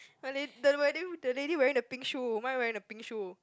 my lad~ the w~ the lady wearing the pink shoe mine wearing the pink shoe